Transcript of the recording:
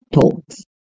talks